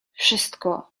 wszystko